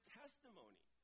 testimony